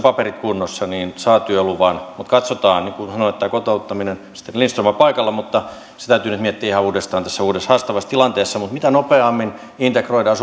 paperit kunnossa niin saa työluvan mutta katsotaan niin kuin sanoin tämä kotouttaminen ministeri lindström ei ole paikalla täytyy nyt miettiä ihan uudestaan tässä uudessa haastavassa tilanteessa mutta mitä nopeammin integroidaan